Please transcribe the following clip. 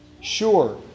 sure